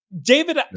David